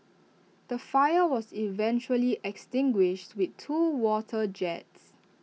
the fire was eventually extinguished with two water jets